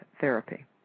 therapy